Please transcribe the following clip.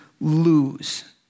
lose